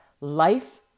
life